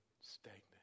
stagnant